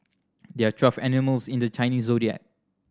there are twelve animals in the Chinese Zodiac